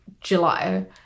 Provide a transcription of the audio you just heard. july